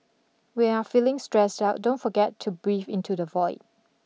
when you are feeling stressed out don't forget to breathe into the void